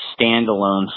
standalone